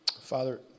Father